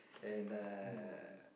and uh